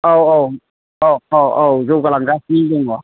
औ औ औ औ औ जौगालांगासिनो दङ